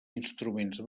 instruments